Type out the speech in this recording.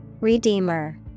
Redeemer